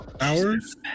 Hours